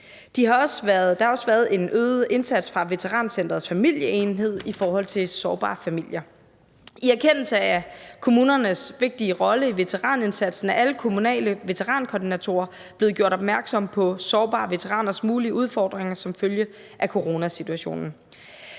Der har også været en øget indsats fra Veterancentrets familieenhed i forhold til sårbare familier. I erkendelse af kommunernes vigtige rolle i veteranindsatsen er alle kommunale veterankoordinatorer blevet gjort opmærksom på sårbare veteraners mulige udfordringer som følge af coronasituationen.